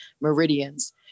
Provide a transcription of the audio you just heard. meridians